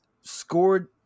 scored